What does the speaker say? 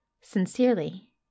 Sincerely